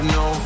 no